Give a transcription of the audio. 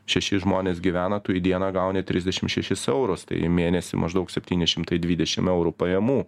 šeši žmonės gyvena tu į dieną gauni trisdešim šešis eurus tai į mėnesį maždaug septyni šimtai dvidešim eurų pajamų